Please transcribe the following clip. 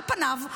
על פניו,